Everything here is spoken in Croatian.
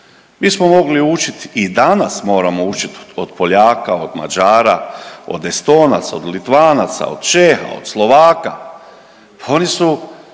Mi smo mogli učiti i danas moramo učiti od Poljaka, od Mađara, od Estonaca, od Litvanaca, od Čeha, od Slovaka. Pa oni su